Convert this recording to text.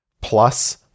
plus